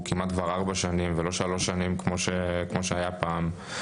ראשון בכמעט ארבע שנים ולא בשלוש שנים כמו שהיה פעם.